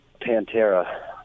Pantera